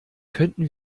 könnten